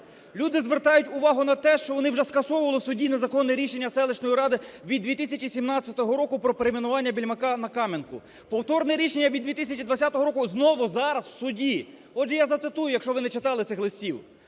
Люди звертають увагу на те, що вони вже скасовували в суді незаконне рішення селищної ради від 2017 року про перейменування Більмака на Кам'янку. Повторне рішення від 2020 року знову зараз в суді. Отже, я зацитую, якщо ви не читали цих листів.